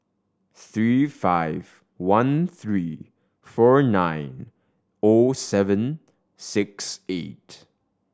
three five one three four nine O seven six eight